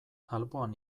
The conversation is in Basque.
alboan